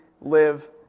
live